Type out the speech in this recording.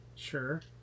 sure